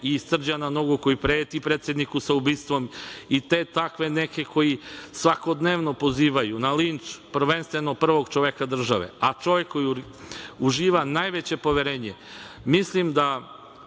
i Srđana Nogu, koji preti predsedniku ubistvom i te takve koji svakodnevno pozivaju na linč prvenstveno prvog čoveka države, a to je čovek koji uživa najveće poverenje. Mislim da